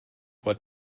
what